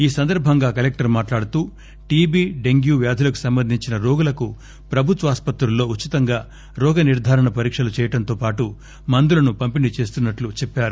ఈ సందర్భంగా కలెక్టర్ మాట్లాడుతూ టీబీ డెంగ్యూ వ్యాధులకు సంబంధించిన రోగులకు ప్రభుత్వాసుపత్రుల్లో ఉచితంగా రోగ నిర్ధారణ పరీక్షలు చేయడంతో పాటు మందులను పంపిణీ చేస్తున్నట్లు చెప్పారు